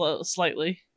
Slightly